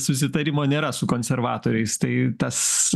susitarimo nėra su konservatoriais tai tas